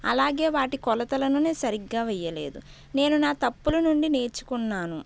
అలాగే వాటి కొలతలను నేను సరిగ్గా వేయలేదు నేను నా తప్పుల నుండి నేర్చుకున్నాను